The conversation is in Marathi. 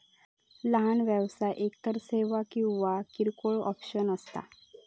लहान व्यवसाय एकतर सेवा किंवा किरकोळ ऑपरेशन्स असता